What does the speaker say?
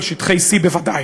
על שטחי C בוודאי,